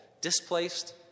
displaced